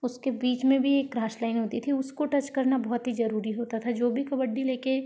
उसके बीच में भी एक क्रॉस लाइन होती थी उसको टच करना बहुत ही जरूरी होता था जो भी कबड्डी लेकर